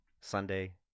sunday